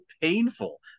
painful